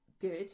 Good